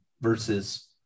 versus